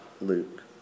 Luke